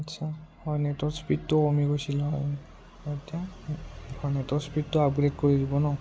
আচ্ছা হয় নেটৰ স্পীডটো কমি গৈছিল হয় এতিয়া নেটৰ স্পীডটো আপগ্ৰেড কৰি দিব ন